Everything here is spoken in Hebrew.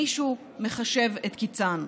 מישהו מחשב את קיצן.